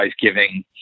giving